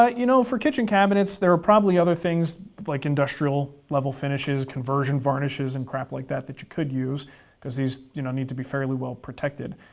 ah you know, for kitchen cabinets there are probably other things like industrial level finishes, conversion varnishes and crap like that that you could use because these you know need to be fairly well protected.